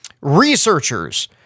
Researchers